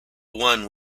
won